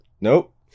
Nope